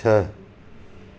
छह